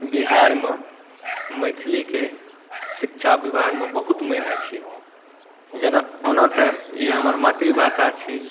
बिहारमे मैथिलीके शिक्षा विभागमे बहुत मानि छै जेना ओनातऽ ई हमर मातृभाषा छी